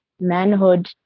manhood